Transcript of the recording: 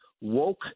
woke